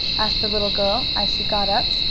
asked the little girl, as she got up.